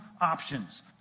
options